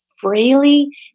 freely